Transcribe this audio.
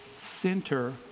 center